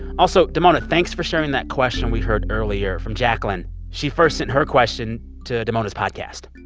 also damona, thanks for sharing that question we heard earlier from jacqueline. she first sent her question to damona's podcast